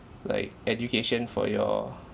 like education for your